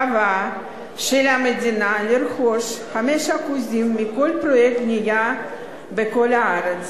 היתה שעל המדינה לרכוש 5% מכל פרויקט בנייה בכל הארץ.